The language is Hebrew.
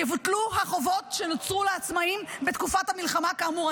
יבוטלו החובות שנוצרו לעצמאים בתקופת המלחמה כאמור.